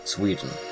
Sweden